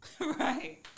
Right